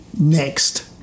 next